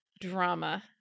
drama